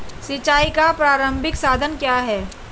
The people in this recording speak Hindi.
सिंचाई का प्रारंभिक साधन क्या है?